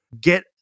Get